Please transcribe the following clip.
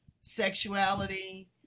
sexuality